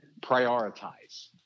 prioritize